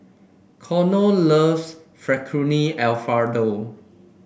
Connor loves Fettuccine Alfredo